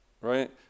right